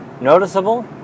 noticeable